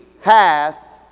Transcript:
hath